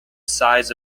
size